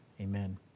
Amen